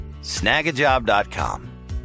snagajob.com